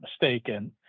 mistaken